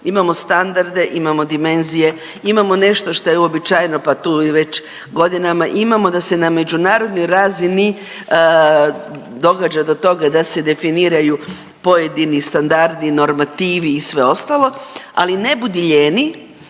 imamo standarde, imamo dimenzije, imamo nešto šta je uobičajeno pa tu je već godinama, imamo da se na međunarodnoj razini događa do toga da se definiraju pojedini standardi, normativi i sve ostalo, ali ne budi lijeni,